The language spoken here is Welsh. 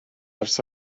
ers